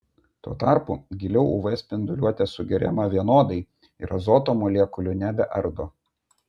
tuo tarpu giliau uv spinduliuotė sugeriama vienodai ir azoto molekulių nebeardo